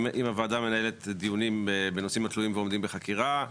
אם הוועדה מנהלת דיונים בנושאים התלויים ועומדים בחקירה,